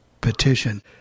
petition